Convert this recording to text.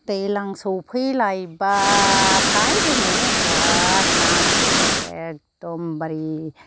दैलां सफैलायबाथाय जोङो बिरात ना गुरो एकदमबारि